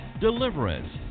Deliverance